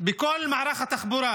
בכל מערך התחבורה.